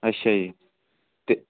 ਅੱਛਾ ਜੀ ਅਤੇ